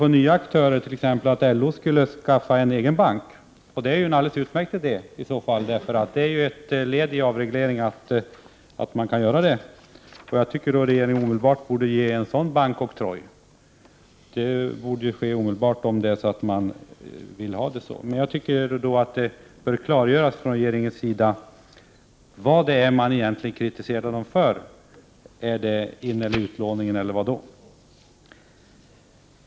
Bl.a. har det sagts att LO skall skaffa sig en egen bank. Det vore alldeles utmärkt och ett led i avregleringen. En sådan bank borde omedelbart ges oktroy. Men regeringen bör alltså klargöra vad den kritiserar bankerna för. Är det inlåningen eller utlåningen eller vad är det?